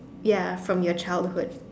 ya from your childhood